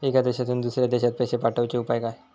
एका देशातून दुसऱ्या देशात पैसे पाठवचे उपाय काय?